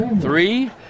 three